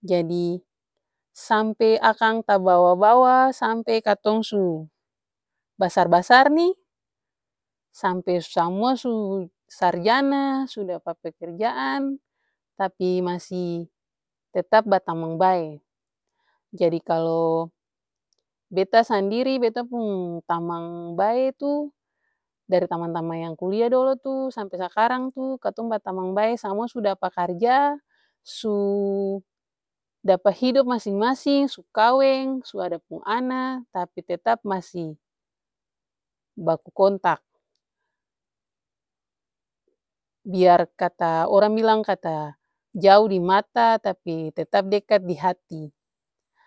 jadi sampe akang tabawa-bawa sampe katong su basar-basar nih, sampe samua su sarjana sudapa pekerjaan tapi masi tetap batamang bae. Jadi kalu beta sandiri beta pung tamang bae tuh, dari tamang-tamang yang kulia dolo tuh sampe sakarang tuh katong batamang bae samua su dapa karja su dapa hidop masing-masing su kaweng, su ada pung ana tapi tetap masi baku kontak biar kata orang bilang kata jao dimata tapi tetap dekat dihati.